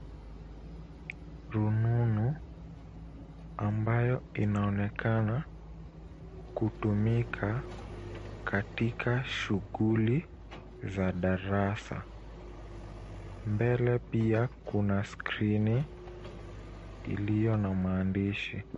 Rununu ambayo inaonekana kutumika katika shughuli za darasa. Mbele pia kuna skrini iliyo na maandishi.